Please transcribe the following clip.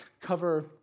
cover